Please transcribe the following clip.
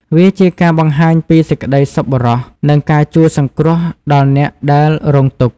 វាជាការបង្ហាញពីសេចក្តីសប្បុរស និងការជួយសង្គ្រោះដល់អ្នកដែលរងទុក្ខ។